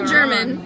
German